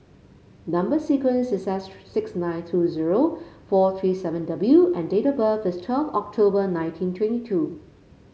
number sequence is six nine two zero four three seven W and date of birth is twelve October nineteen twenty two